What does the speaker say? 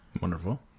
Wonderful